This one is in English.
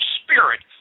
spirit